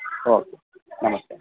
okay ನಮಸ್ತೆ